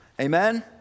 Amen